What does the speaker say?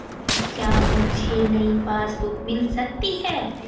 क्या मुझे नयी पासबुक बुक मिल सकती है?